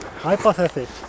Hypothesis